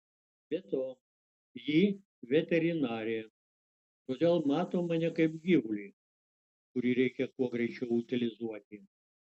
be to ji veterinarė todėl mato mane kaip gyvulį kurį reikia kuo greičiau utilizuoti